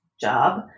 job